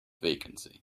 vacancy